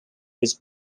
was